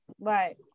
right